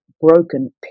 broken